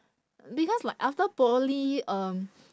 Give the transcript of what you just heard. because like after poly um